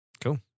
Cool